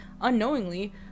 unknowingly